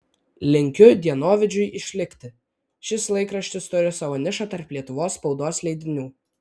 linkiu dienovidžiui išlikti šis laikraštis turi savo nišą tarp lietuvos spaudos leidinių